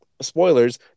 Spoilers